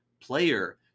player